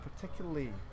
particularly